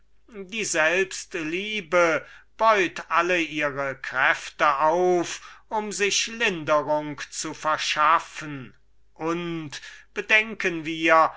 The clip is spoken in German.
die selbstliebe allen ihren kräften aufbeut um sich linderung zu verschaffen und wenn wir